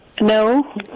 No